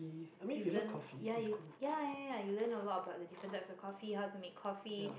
you learn ya you ya ya ya you learn a lot about the different types of coffee how to make coffee